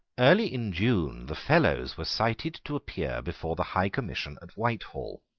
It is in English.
early in june the fellows were cited to appear before the high commission at whitehall.